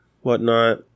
whatnot